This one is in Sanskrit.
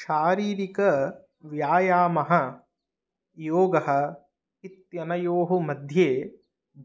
शारीरिकव्यायामः योगः इत्यनयोः मध्ये